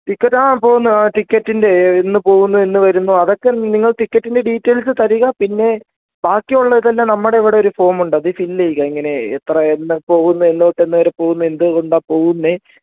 ticket ആ പോകുന്ന ടിക്കറ്റിന്റെ എന്ന് പോകുന്നു എന്ന് വരുന്നു അതൊക്കെ നിങ്ങൾ ടിക്കറ്റിന്റെ ഡീറ്റെയിൽസ് തരിക പിന്നെ ബാക്കിയുള്ളതെല്ലാം നമ്മുടെ ഇവിടെ ഒരു ഫോമുണ്ട് അതി ഫില്ല് ചെയ്യുക ഇങ്ങനെ എത്ര എന്ന് പോകുന്നു എന്ന് തൊട്ട് എന്ന് വരെ പോകുന്നു എന്തുകൊണ്ടാ പോകുന്നത്